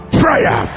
prayer